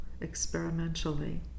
experimentally